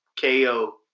KO